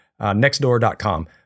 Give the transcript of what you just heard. nextdoor.com